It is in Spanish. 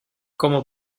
como